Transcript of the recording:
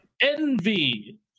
envy